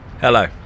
Hello